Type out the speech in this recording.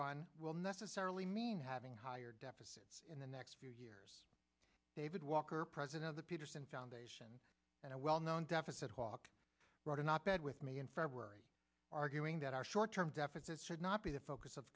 on will necessarily mean having higher deficits in the next few years david walker president of the peterson foundation and a well known deficit hawk wrote an op ed with me in february arguing that our short term deficits should not be the focus of